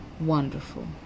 wonderful